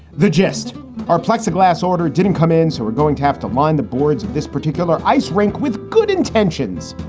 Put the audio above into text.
the gist are plexiglass order didn't come in. so we're going to have to line the boards of this particular ice rink with good intentions.